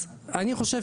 אז אני חושב